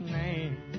name